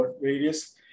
various